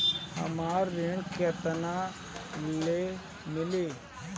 हमरा ऋण केतना ले मिली?